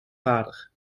vader